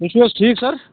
بیٚیہِ چھِو حظ ٹھیٖک سر